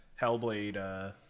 Hellblade